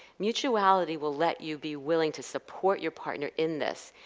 mutuality will let you be willing to support your partner in this,